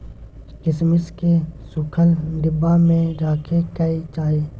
किशमिश केँ सुखल डिब्बा मे राखे कय चाही